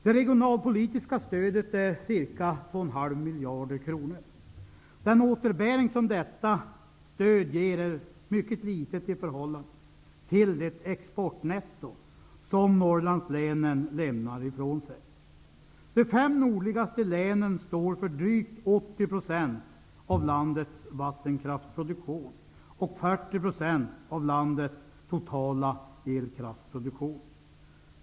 Det regionalpolitiska stödet är ca 2,5 miljarder kronor. Den återbäring som detta stöd ger är mycket liten i förhållande till det exportnetto som Norrlandslänen lämnar ifrån sig. De fem nordligaste länen står för drygt 80 % av landets vattenkraftproduktion och 40 % av landets totala elkraftproduktion.